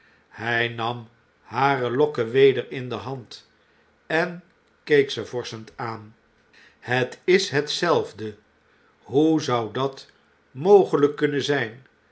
hg nam hare lokken weder in de hand en keek ze vorschend aan a het is hetzelfde hoe zoudatmogelgkkunnen zjjn